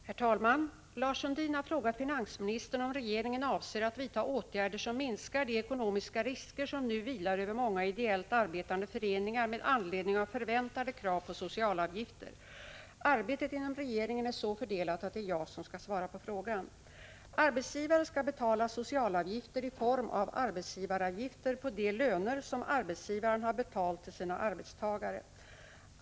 Herr talman! Lars Sundin har frågat finansministern om regeringen avser att vidta åtgärder som minskar de ekonomiska risker som nu vilar över många ideellt arbetande föreningar med anledning av förväntade krav på socialavgifter. Arbetet inom regeringen är så fördelat att det är jag som skall svara på frågan. Arbetsgivare skall betala socialavgifter i form av arbetsgivaravgifter på de löner som arbetsgivaren har betalt till sina arbetstagare.